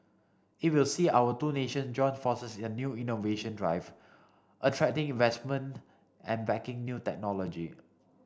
it will see our two nation join forces in new innovation drive attracting investment and backing new technology